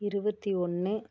இருபத்தி ஒன்று